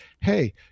hey